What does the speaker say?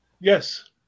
yes